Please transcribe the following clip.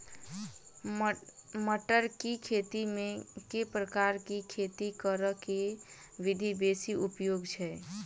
मटर केँ खेती मे केँ प्रकार केँ खेती करऽ केँ विधि बेसी उपयोगी छै?